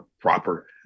proper